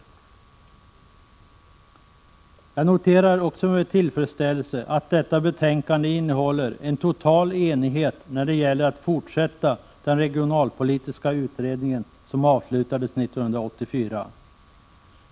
Jag noterar också med tillfredsställelse att detta betänkande innehåller en total enighet när det gäller att fortsätta den regionalpolitiska utredningen, som avslutades 1984.